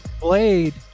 Blade